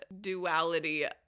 duality